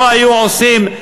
לא היו עושים,